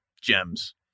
gems